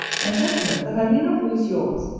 and, gentlemen, that i may not lose yours,